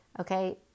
okay